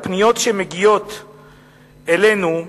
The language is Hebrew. הפניות שמגיעות אלינו,